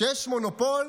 כשיש מונופול,